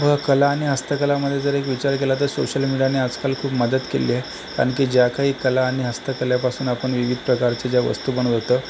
व कला आणि हस्तकलामध्ये जर एक विचार केला तर सोशल मीडियाने आजकाल खूप मदत केली आहे कारण की ज्या काही कला आणि हस्तकलेपासून आपण विविध प्रकारच्या ज्या वस्तू बनवत होतो